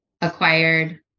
acquired